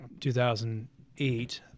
2008